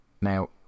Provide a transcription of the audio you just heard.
Now